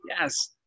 Yes